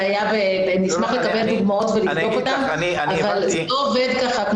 אשמח לקבל דוגמאות ולבדוק אותן אבל זה לא עובד כך,